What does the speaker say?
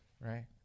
right